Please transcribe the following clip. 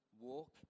Walk